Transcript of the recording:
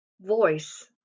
voice